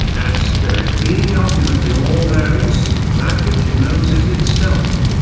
and spirit being ultimately all there is, that which it knows is itself.